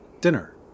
dinner